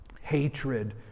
hatred